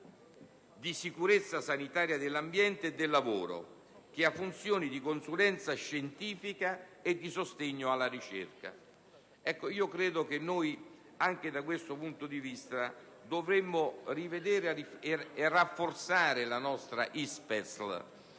di sicurezza sanitaria dell'ambiente e del lavoro (AFSSET) che ha funzioni di consulenza scientifica e di sostegno alla ricerca». Credo che noi, anche da questo punto di vista, dovremmo rivedere e rafforzare l'attività